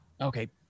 Okay